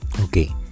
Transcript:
Okay